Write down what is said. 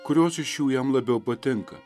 kurios iš jų jam labiau patinka